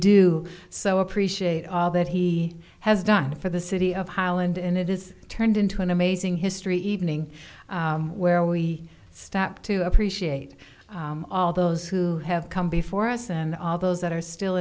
do so appreciate all that he has done for the city of holland and it is turned into an amazing history evening where we stop to appreciate all those who have come before us and all those that are still